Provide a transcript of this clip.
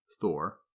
Thor